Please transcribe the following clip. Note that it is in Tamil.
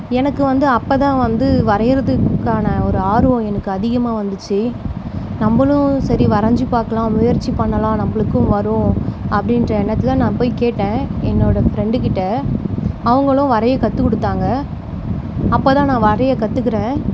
எனக்கு வந்து அப்போ தான் வந்து வரைகிறதுக்கான ஒரு ஆர்வம் எனக்கு அதிகமாக வந்துச்சு நம்மளும் சரி வரைஞ்சி பார்க்கலாம் முயற்சி பண்ணலாம் நம்மளுக்கும் வரும் அப்படின்ற எண்ணத்தில் நான் போய் கேட்டேன் என்னோட ஃப்ரெண்டுக்கிட்ட அவங்களும் வரைய கற்றுக் கொடுத்தாங்க அப்போ தான் நான் வரைய கத்துக்கிறேன்